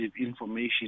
information